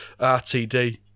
RTD